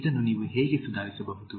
ಇದನ್ನು ನೀವು ಹೇಗೆ ಸುಧಾರಿಸಬಹುದು